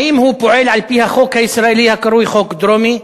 האם הוא פועל על-פי החוק הישראלי הקרוי חוק דרומי?